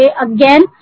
again